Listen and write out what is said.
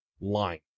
line